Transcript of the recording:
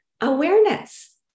awareness